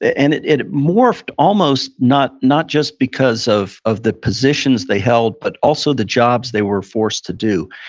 and it it morphed almost not not just because of of the positions they held, but also the jobs they were forced to do.